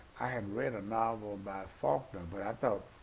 i had read a novel by faulkner, but i thought,